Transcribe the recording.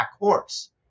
horse